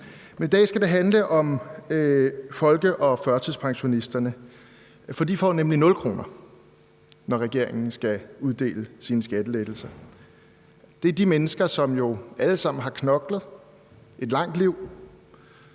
i dag skal det handle om folke- og førtidspensionisterne. For de får nemlig 0 kr., når regeringen skal uddele sine skattelettelser. Det er de mennesker, som jo alle sammen har knoklet et langt liv,